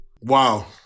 Wow